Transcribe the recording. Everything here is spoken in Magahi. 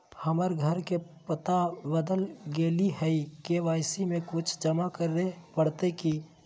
हमर घर के पता बदल गेलई हई, के.वाई.सी में कुछ जमा करे पड़तई की?